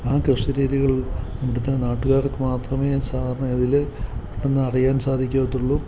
ആ കൃഷി രീതികൾ ഇവിടുത്തെ നാട്ടുകാർക്ക് മാത്രമേ സാധാരണ ഗതിയിൽ പെട്ടെന്ന് അറിയാൻ സാധിക്കത്തുള്ളു